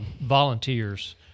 volunteers